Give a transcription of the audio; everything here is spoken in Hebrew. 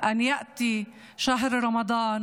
שיגיע אלינו חודש הרמדאן